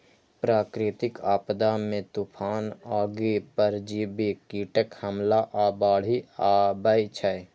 प्राकृतिक आपदा मे तूफान, आगि, परजीवी कीटक हमला आ बाढ़ि अबै छै